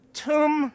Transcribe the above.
tomb